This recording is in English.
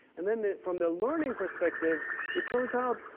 and then, from the learning perspective it turns out,